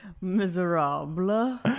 Miserable